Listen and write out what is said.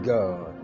God